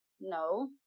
no